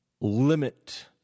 limit